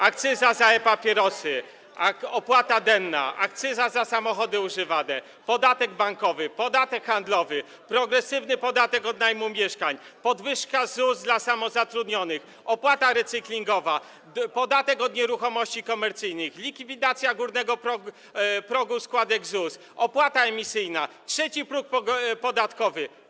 Akcyza na e-papierosy, opłata denna, akcyza na samochody używane, podatek bankowy, podatek handlowy, progresywny podatek od najmu mieszkań, podwyżka ZUS dla samozatrudnionych, opłata recyklingowa, podatek od nieruchomości komercyjnych, likwidacja górnego progu składek ZUS, opłata emisyjna, trzeci próg podatkowy.